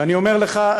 ואני אומר לך,